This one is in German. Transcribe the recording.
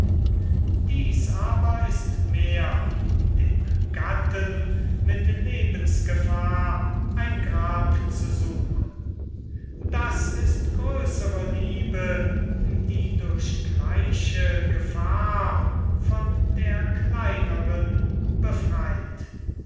dieß aber ist mehr dem gatten mit lebensgefahr ein grab zu suchen das ist größere liebe die durch gleiche gefahr von der kleineren befreit